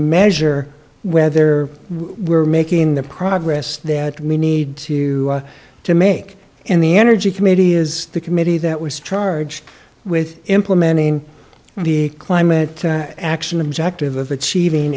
measure whether we're making the progress that we need to to make and the energy committee is the committee that was charged with implementing the climate action objective of achieving